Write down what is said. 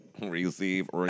Receive